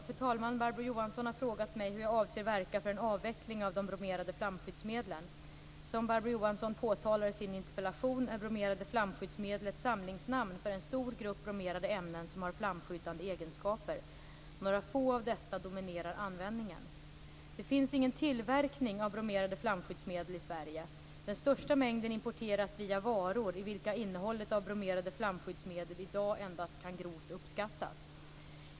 Fru talman! Barbro Johansson har frågat mig hur jag avser verka för en avveckling av de bromerade flamskyddsmedlen. Som Barbro Johansson påtalar i sin interpellation är bromerade flamskyddsmedel ett samlingsnamn för en stor grupp bromerade ämnen som har flamskyddande egenskaper. Några få av dessa dominerar användningen. Det finns ingen tillverkning av bromerade flamskyddsmedel i Sverige. Den största mängden importeras via varor i vilka innehållet av bromerade flamskyddsmedel i dag endast kan grovt uppskattas.